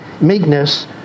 meekness